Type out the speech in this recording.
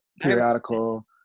periodical